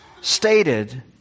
stated